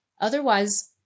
Otherwise